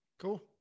cool